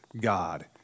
God